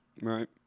Right